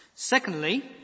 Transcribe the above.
Secondly